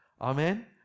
Amen